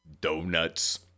Donuts